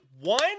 one